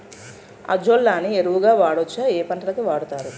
Azolla ని ఎరువు గా వాడొచ్చా? ఏ పంటలకు వాడతారు?